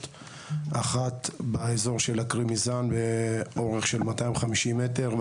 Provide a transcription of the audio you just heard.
אחת באזור של הכרימיזן באורך של 250 מטר,